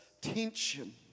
tension